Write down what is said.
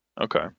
Okay